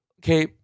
Okay